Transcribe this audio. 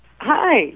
Hi